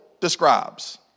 describes